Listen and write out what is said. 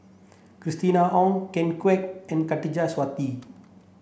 Christina Ong Ken Kwek and Khatijah Surattee